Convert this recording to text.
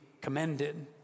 commended